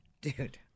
Dude